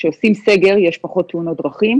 כשעושים סגר, יש פחות תאונות דרכים.